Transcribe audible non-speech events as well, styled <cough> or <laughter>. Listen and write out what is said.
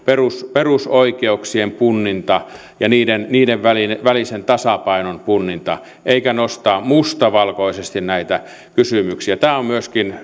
perusoikeuksien punninta ja niiden niiden välisen välisen tasapainon punninta eikä nostaa mustavalkoisesti näitä kysymyksiä tämä on myöskin <unintelligible>